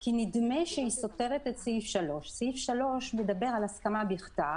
כי נדמה שהוא סותר את סעיף 3. סעיף 3 מדבר על הסכמה בכתב.